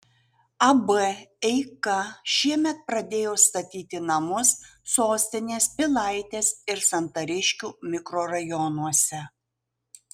ab eika šiemet pradėjo statyti namus sostinės pilaitės ir santariškių mikrorajonuose